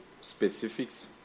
specifics